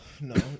no